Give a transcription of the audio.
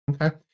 Okay